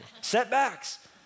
Setbacks